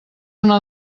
una